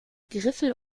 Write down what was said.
griffel